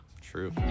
True